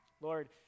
Lord